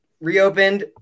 reopened